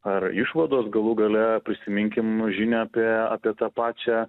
ar išvados galų gale prisiminkim žinią apie apie tą pačią